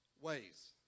ways